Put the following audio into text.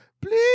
Please